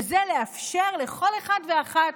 וזה לאפשר לכל אחד ואחת